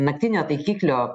naktinio taikiklio